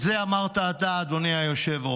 את זה אתה אמרת, אדוני היושב-ראש.